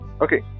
Okay